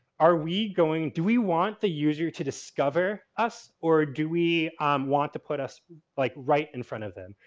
are we going do we want the user to discover us or do we want to put us like right in front of them?